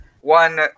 one